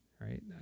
Right